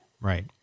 Right